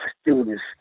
students